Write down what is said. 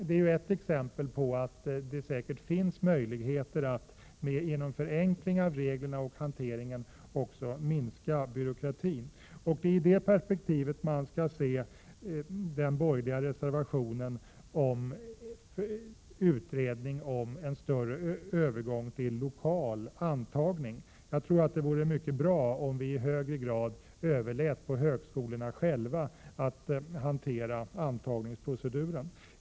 Detta är ett exempel på att det säkert finns möjligheter att genom förenkling av reglerna och hanteringen också minska byråkratin. Det är i detta perspektiv som man skall se den borgerliga reservationen om utredning om övergång till mer lokal antagning. Jag tror att det vore mycket bra om vi i högre grad överlät på högskolorna att hantera antagningsproceduren.